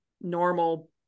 normal